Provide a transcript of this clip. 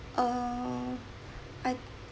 uh I